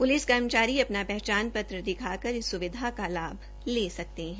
police कर्मचारी अपना पहचान पत्र दिखाकर इस सुविधा का लाभ ले सकते हैं